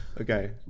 Okay